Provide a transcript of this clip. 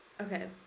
okay